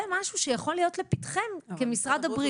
זה משהו שיכול להיות לפתחכם כמשרד הבריאות.